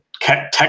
tech